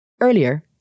Earlier